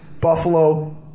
Buffalo